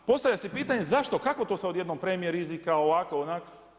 Postavlja se pitanje, zašto, kako to sad odjednom premije rizika, ovako, onako.